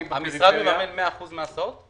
המשרד מממן מאה אחוז מההסעות?